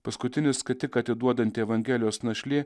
paskutiį skatiką atiduodanti evangelijos našlė